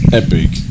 epic